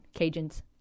Cajuns